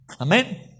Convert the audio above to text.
Amen